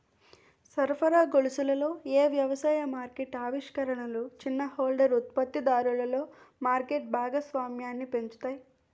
సరఫరా గొలుసులలో ఏ వ్యవసాయ మార్కెట్ ఆవిష్కరణలు చిన్న హోల్డర్ ఉత్పత్తిదారులలో మార్కెట్ భాగస్వామ్యాన్ని పెంచుతాయి?